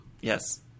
Yes